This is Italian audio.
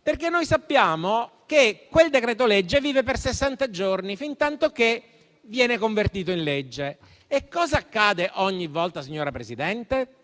perché noi sappiamo che quel decreto-legge vive per sessanta giorni, fintantoché viene convertito in legge. E cosa accade ogni volta, signora Presidente?